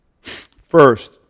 First